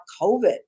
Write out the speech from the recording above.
COVID